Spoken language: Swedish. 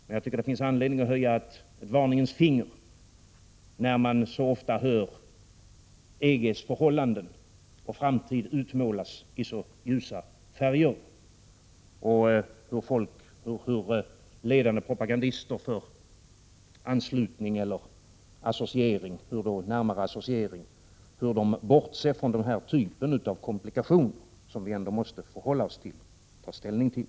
Jag tycker att det finns anledning att höja ett varningens finger när man så ofta hör EG:s förhållanden och framtid utmålas i så ljusa färger och när ledande propagandister propagerar för anslutning eller nära associering men bortser från denna typ av komplikationer som vi ändå måste förhålla oss till och ta ställning till.